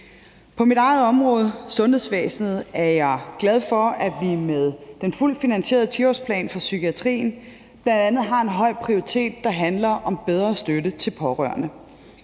På mit eget område, sundhedsvæsenet, er jeg glad for at vi med den fuldt finansierede 10-årsplan for psykiatrien bl.a. har en høj prioritet, der handler om bedre støtte til pårørende.